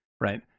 right